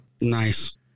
Nice